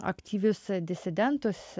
aktyvius disidentus